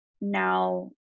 now